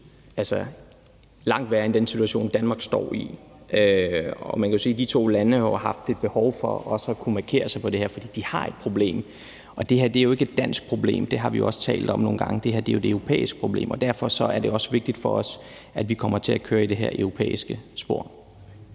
er jo langt værre end den situation, Danmark står i, og man kan jo også sige, at de to lande har haft et behov for at kunne markere sig på det her, fordi de har et problem, og det her er jo ikke et dansk problem, og det har vi også talt om nogle gange, men det her er jo et europæisk plan, og derfor er det også vigtigt for os, at vi kommer til at køre i det her europæiske spor.